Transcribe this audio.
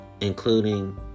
including